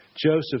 Joseph